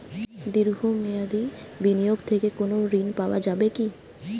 দীর্ঘ মেয়াদি বিনিয়োগ থেকে কোনো ঋন পাওয়া যাবে কী?